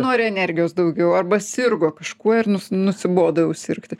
nori energijos daugiau arba sirgo kažkuo ir nu nusibodo jau sirgti